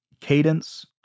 cadence